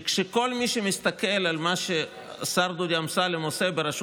כאשר כל מי שמסתכל על מה שהשר דודי אמסלם עושה ברשות